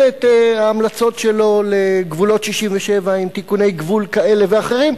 את ההמלצות שלו לגבולות 67' עם תיקוני גבול כאלה ואחרים,